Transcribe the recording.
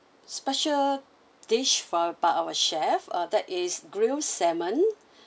special dish for by our chef uh that is grilled salmon